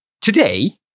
today